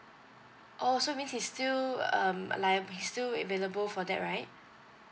oh so means he's still um eli~ he's still available for that right